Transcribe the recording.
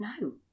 No